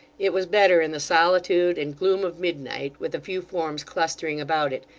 it was better in the solitude and gloom of midnight with a few forms clustering about it,